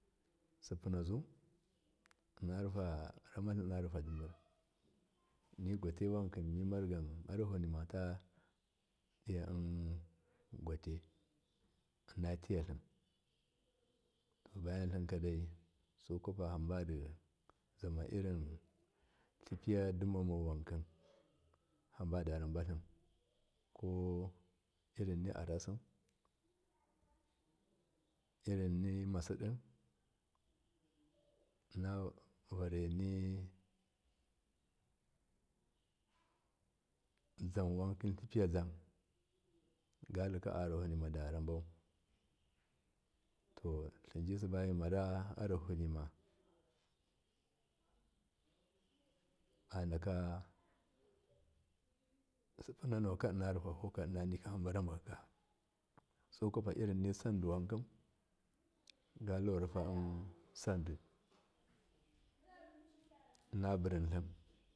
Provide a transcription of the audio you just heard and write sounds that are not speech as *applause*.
Sippunazu inna rufa ramatli inna *noise* rufadiner nigwa te wanki mimarsan yarahonima tadiya *hesitation* gwate innately to bayantlikadai sukwapa irin habodi zamairin tlipidum wanki hamba darabatlim ko irinni arasi irinni masidi inna wareni tlipiyazam galika a yarahinima daya bak to tlinji hamba mimara yarahonima anaka sippunanauka inna rifafauka inna hamba rabuki sukwapa irinni sandi wanki galuwarufa suna *noise* inna burintlim.